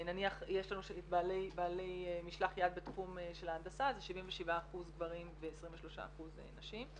נניח שיש לנו בעלי משלח יד בתחום של ההנדסה זה 77% גברים ו-23% נשים.